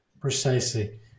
Precisely